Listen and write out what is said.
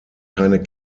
keine